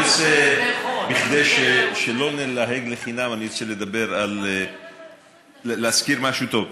אני רוצה, כדי שלא ללהג לחינם, להזכיר משהו טוב.